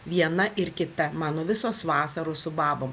viena ir kita mano visos vasaros su babom